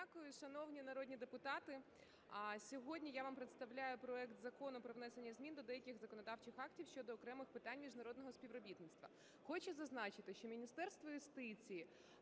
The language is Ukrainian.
дякую. Шановні народні депутати, сьогодні я вам представляю проект Закону про внесення змін до деяких законодавчих актів щодо окремих питань міжнародного співробітництва. Хочу зазначити, що Міністерство юстиції,